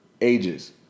ages